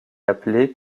appelé